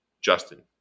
Justin